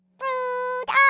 fruit